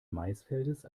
maisfeldes